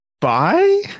Bye